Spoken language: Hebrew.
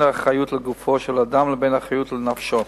האחריות לגופו של אדם לבין האחריות לנפשו.